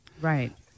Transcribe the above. right